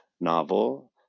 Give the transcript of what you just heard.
novel